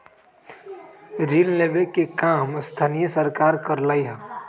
ऋण लेवे के काम स्थानीय सरकार करअलई